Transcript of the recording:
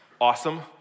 awesome